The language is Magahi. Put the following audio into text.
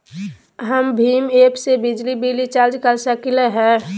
हम भीम ऐप से बिजली बिल रिचार्ज कर सकली हई?